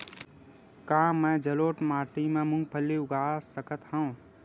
का मैं जलोढ़ माटी म मूंगफली उगा सकत हंव?